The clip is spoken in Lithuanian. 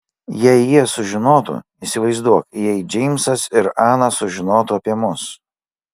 jei jie sužinotų įsivaizduok jei džeimsas ir ana sužinotų apie mus